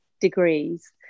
degrees